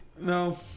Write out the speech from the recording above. No